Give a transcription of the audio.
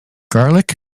garlic